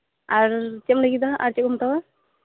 ᱟᱨ ᱪᱮᱫ ᱮᱢ ᱞᱟᱹᱭᱠᱮᱫᱟ ᱦᱟᱸᱜ ᱟᱨ ᱪᱮᱫᱠᱚᱢ ᱦᱟᱛᱟᱣᱟ